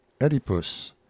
Oedipus